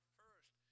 first